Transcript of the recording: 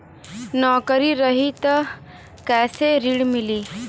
नौकरी रही त कैसे ऋण मिली?